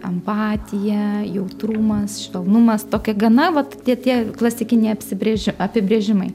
empatija jautrumas švelnumas tokie gana vat tie tie klasikiniai apsibrėži apibrėžimai